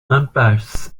impasse